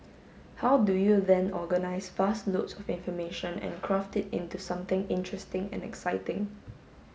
how do you then organise vast loads of information and craft it into something interesting and exciting